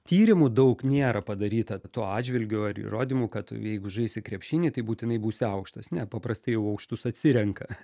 tyrimų daug nėra padaryta tuo atžvilgiu ar įrodymų kad jeigu žaisi krepšinį tai būtinai būsi aukštas ne paprastai jau aukštus atsirenka